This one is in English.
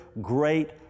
great